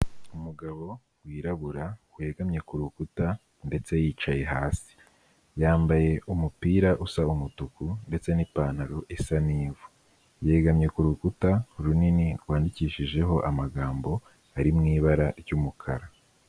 Umugabo wirabura, wegamye ku rukuta ndetse yicaye hasi, yambaye umupira usa umutuku ndetse n'ipantaro isa n'ivu, yegamye ku rukuta runini rwandikishijeho amagambo ari mu ibara ry'umukara.